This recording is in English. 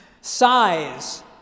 Size